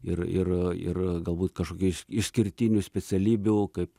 ir ir ir galbūt kažkokių išskirtinių specialybių kaip